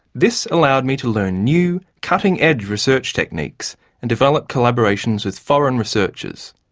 this allowed me to learn new cutting-edge research techniques and develop collaborations with foreign researchers.